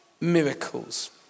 miracles